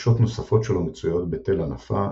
שחורשות נוספות שלו מצויות בתל אנפה,